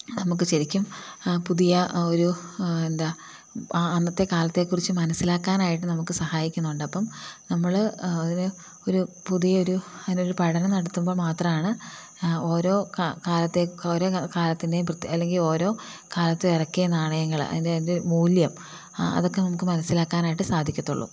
നമുക്ക് ശരിക്കും പുതിയ ഒരു എന്താണ് അന്നത്തെ കാലത്തെ കുറിച്ചു മനസ്സിലാക്കാനായിട്ട് നമുക്ക് സഹായിക്കുന്നുണ്ട് അപ്പം നമ്മൾ അതിന് ഒരു പുതിയ ഒരു അതിന് ഒരു പഠനം നടത്തുമ്പോൾ മാത്രമാണ് ഓരോ കാലത്തെ ഓരോ കാലത്തിൻ്റേയും പ്രത്യേകത അല്ലെങ്കിൽ ഓരോ കാലത്ത് ഇറക്കിയ നാണയങ്ങൾ അതിൻ്റെ മൂല്യം അതൊക്കെ നമുക്ക് മനസ്സിലാക്കാനായിട്ട് സാധിക്കത്തുള്ളൂ